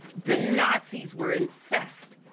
the nazis were incensed.